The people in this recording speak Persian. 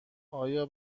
آیا